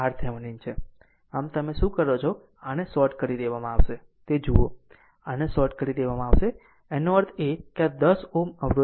આમ તમે શું કરો છો કે આને શોર્ટ કરી દેવામાં આવશે તે જુઓ આને શોર્ટ કરી દેવામાં આવશે આનો અર્થ એ કે આ 10 Ω અવરોધ છે